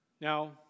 Now